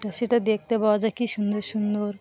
তো সেটা দেখতে পাওয়া যায় কী সুন্দর সুন্দর